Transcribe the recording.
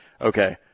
okay